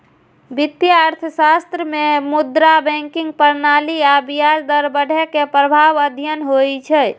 वित्तीय अर्थशास्त्र मे मुद्रा, बैंकिंग प्रणाली आ ब्याज दर बढ़ै के प्रभाव अध्ययन होइ छै